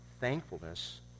thankfulness